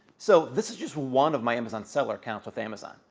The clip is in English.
so, this is just one of my amazon seller accounts with amazon,